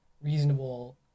reasonable